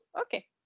okay